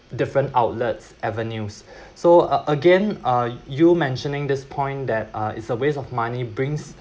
different outlets avenues so a~ again uh you mentioning this point that uh it's a waste of money brings